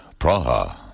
Praha